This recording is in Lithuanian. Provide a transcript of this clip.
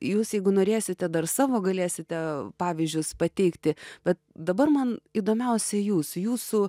jūs jeigu norėsite dar savo galėsite pavyzdžius pateikti bet dabar man įdomiausia jūs jūsų